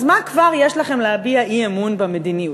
אז מה כבר יש לכם להביע אי-אמון במדיניות.